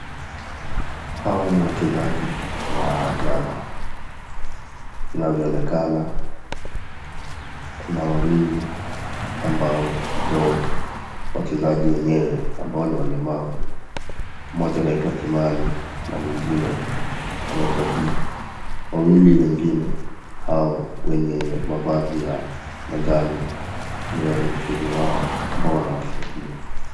Hawa ni wachezaji wa riadha. Inavyoonekana kuna wawili ambao ndio wachezaje wenyewe ambao ni walemavu. Mmoja wao anaitwa Kimani na mwingine anaitwa BiII. Wawili wengine ni hao wenye mavazi ya manjo ni waelekezi wao ambao wanawasaidia.